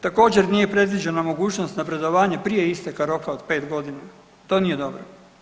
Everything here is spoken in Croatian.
Također nije predviđena mogućnost napredovanja prije isteka roka od 5.g., to nije dobro.